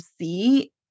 see